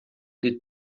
des